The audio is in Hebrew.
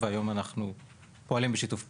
והיום אנחנו פועלים בשיתוף פעולה.